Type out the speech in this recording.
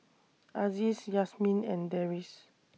Aziz Yasmin and Deris